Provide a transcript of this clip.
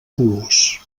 colors